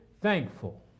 thankful